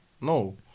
No